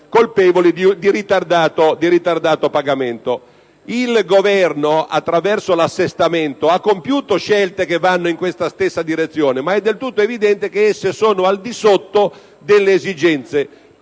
colpevoli di ritardato pagamento. Il Governo, attraverso l'assestamento, ha compiuto scelte che vanno in questa stessa direzione ma è del tutto evidente che esse sono al di sotto delle esigenze.